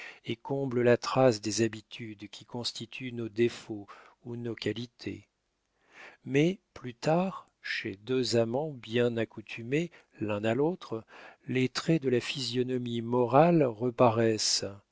et comble la trace des habitudes qui constituent nos défauts ou nos qualités mais plus tard chez deux amants bien accoutumés l'un à l'autre les traits de la physionomie morale reparaissent